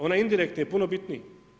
Onaj indirektni je puno bitnije.